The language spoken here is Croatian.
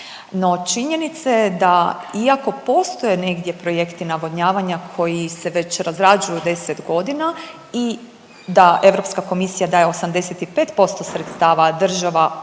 No činjenice da, iako postoje negdje projekti navodnjavanja koji se već razrađuju 10 godina i ta EK daje 85% sredstva, država